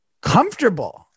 comfortable